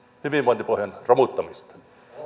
hyvinvointipohjan romuttamista